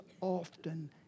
often